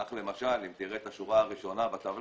כך למשל, אם תראה את השורה הראשונה בטבלה,